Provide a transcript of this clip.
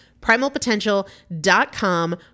Primalpotential.com